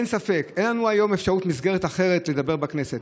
אין לנו היום מסגרת אחרת לדבר בה בכנסת.